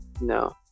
No